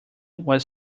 was